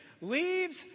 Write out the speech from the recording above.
leaves